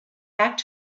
back